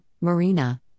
Marina